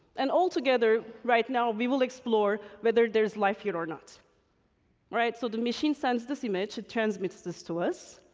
and all together, right now, we will explore whether there's life here or not. all right, so the machine sends this image, it transmits this to us.